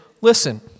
listen